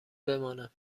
بمانم